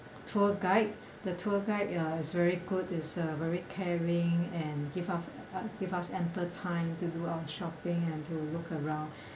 tour guide the tour guide ya it's very good is uh very caring and give us give us ample time to do our shopping and to look around